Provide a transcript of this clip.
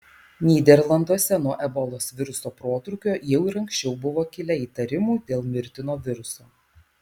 nyderlanduose nuo ebolos viruso protrūkio jau ir anksčiau buvo kilę įtarimų dėl mirtino viruso